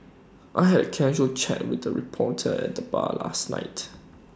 I had casual chat with the reporter at the bar last night